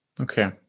Okay